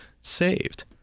saved